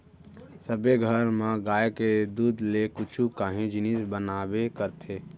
सबे घर म गाय के दूद ले कुछु काही जिनिस बनाबे करथे